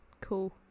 Cool